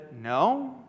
No